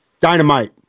Dynamite